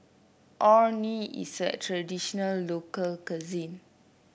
Orh Nee is a traditional local cuisine